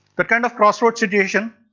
that kind of crossroad situation,